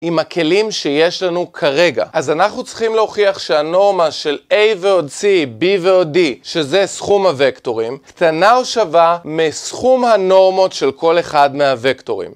עם הכלים שיש לנו כרגע. אז אנחנו צריכים להוכיח שהנורמה של A ועוד c, של B ועוד D, שזה סכום הוקטורים, קטנה או שווה מסכום הנורמות של כל אחד מהוקטורים.